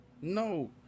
no